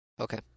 Okay